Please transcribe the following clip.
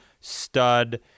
stud